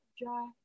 dry